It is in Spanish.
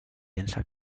densa